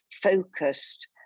focused